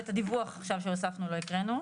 רגע, לא, הדיווח עכשיו שהוספנו לא הקראנו.